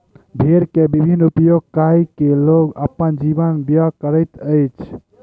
भेड़ के विभिन्न उपयोग कय के लोग अपन जीवन व्यय करैत अछि